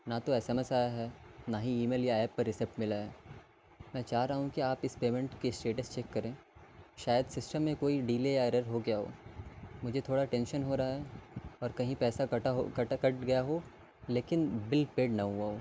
نہ تو S M S آیا ہے نہ ہی ای میل یا ایپ پر ریسیپٹ ملا ہے میں چاہ رہا ہوں کہ آپ اس پیمنٹ کی اسٹیٹس چیک کریں شاید سسٹم میں کوئی ڈیلے یا ایرر ہو گیا ہو مجھے تھوڑا ٹینشن ہو رہا ہے اور کہیں پیسہ کٹا ہو کٹا کٹ گیا ہو لیکن بل پیڈ نہ ہوا ہو